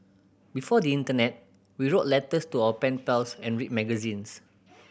before the internet we wrote letters to our pen pals and read magazines